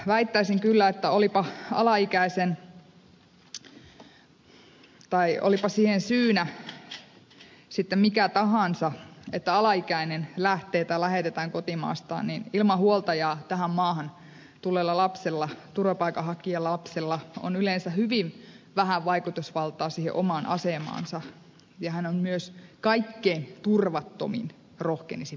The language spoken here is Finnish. väittäisin kyllä että olipa siihen syynä sitten mikä tahansa että alaikäinen lähtee tai lähetetään kotimaastaan niin ilman huoltajaa tähän maahan tulleella turvapaikanhakijalapsella on yleensä hyvin vähän vaikutusvaltaa omaan asemaansa ja hän on myös kaikkein turvattomin rohkenisin väittää